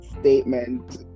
statement